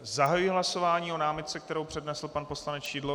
Zahajuji hlasování o námitce, kterou přednesl pan poslanec Šidlo.